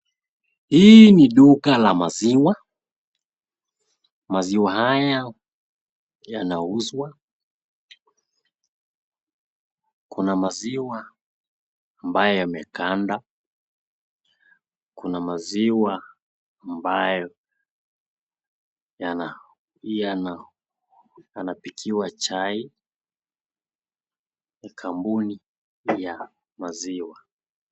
Hii ni duka la maziwa. Maziwa haya yanauzwa. Kuna maziwa ambayo yameganda ,kuna maziwa ambayo yanapikiwa chai ya kampuni ya maziwa.